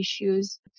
issues